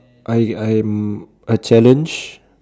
I I'm a challenge